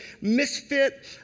misfit